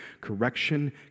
correction